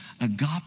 agape